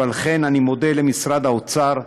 ועל כן אני מודה למשרד האוצר,